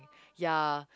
ya